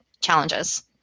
challenges